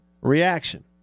reaction